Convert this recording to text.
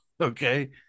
okay